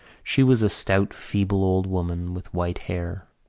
she was a stout feeble old woman with white hair.